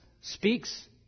speaks